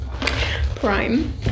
prime